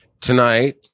tonight